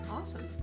Awesome